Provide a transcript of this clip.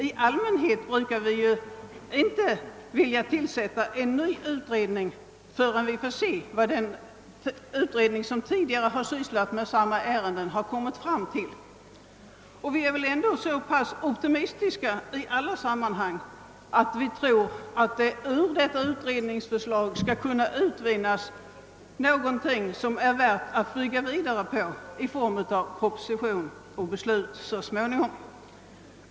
I allmänhet brukar vi ju inte vilja ha en ny utredning tillsatt, förrän vi fått se resultatet av den utredning som har sysslat med samma ärende tidigare. Vi är väl ändå så pass optimistiska, att vi tror att det ur ett utredningsförslag skall kunna utvinnas någonting som är värt att bygga vidare på i form av en proposition för beslut av riksdagen så småningom.